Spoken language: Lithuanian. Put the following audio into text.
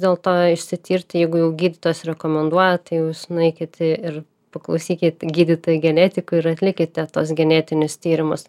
dėl to išsitirti jeigu jau gydytojas rekomenduoja tai jūs nueikit ir paklausykit gydytojų genetikų ir atlikite tuos genetinius tyrimus